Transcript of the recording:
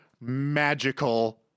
magical